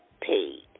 paid